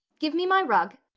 give me my rug.